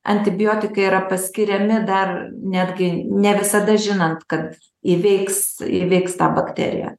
antibiotikai yra paskiriami dar netgi ne visada žinant kad įveiks įveiks tą bakteriją